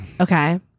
Okay